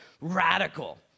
radical